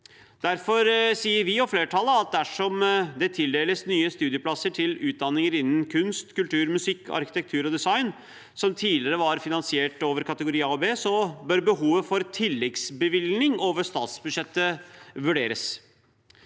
Derfor sier vi og flertallet at dersom det tildeles nye studieplasser til utdanninger innen kunst, kultur, musikk, arkitektur og design, som tidligere var finansiert over kategori A eller B, bør behovet for tilleggsbevilgning over statsbudsjettet vurderes.